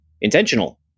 intentional